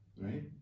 Right